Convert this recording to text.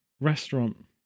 restaurant